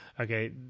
okay